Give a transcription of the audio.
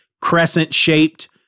crescent-shaped